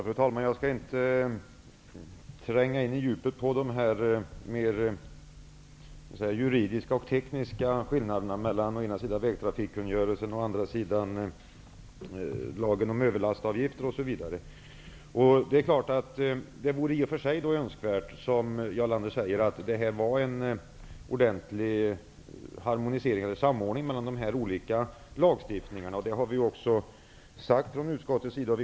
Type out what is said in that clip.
Fru talman! Jag skall inte tränga in på djupet när det gäller de juridiska och tekniska skillnaderna mellan å ena sidan vägtrafikkungörelsen och å andra sidan lagen om överlastavgifter. Det vore i och för sig önskvärt, som Jarl Lander sade, att det fanns en ordentlig harmonisering eller samordning mellan de olika lagstiftningarna. Det har utskottet också sagt.